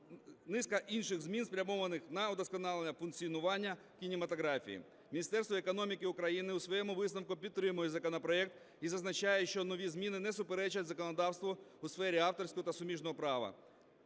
низка інших змін, спрямованих на удосконалення функціонування кінематографії. Міністерство економіки України у своєму висновку підтримує законопроект і зазначає, що нові зміни не суперечать законодавству у сфері авторського та суміжного права.